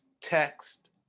text